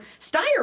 Steyer